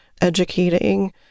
educating